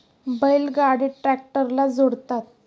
बैल गाडी ट्रॅक्टरला जोडतात